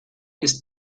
ist